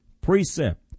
precept